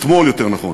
אתמול יותר נכון,